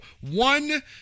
one